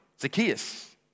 Zacchaeus